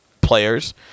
players